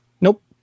Nope